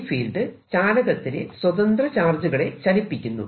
ഈ ഫീൽഡ് ചാലകത്തിലെ സ്വതന്ത്ര ചാർജുകളെ ചലിപ്പിക്കുന്നു